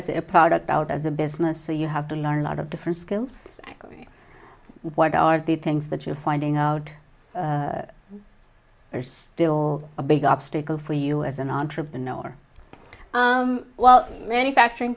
a product out as a business so you have to learn a lot of different skills what are the things that you are finding out there's still a big obstacle for you as an entrepreneur well manufacturing